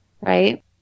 Right